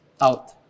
out